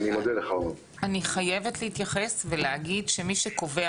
אני חייבת להתייחס ולהגיד שמי שקובע